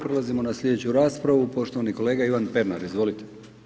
Prelazimo na slijedeću raspravu, poštovani kolega Ivan Pernar, izvolite.